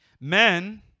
Men